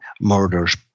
murders